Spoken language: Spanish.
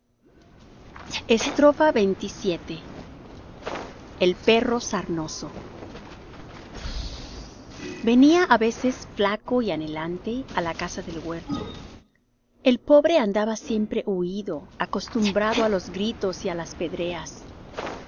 xxvii el perro sarnoso venía á veces flaco y anhelante á la casa del huerto el pobre andaba siempre huido acostumbrado á los gritos y á las pedreas